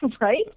Right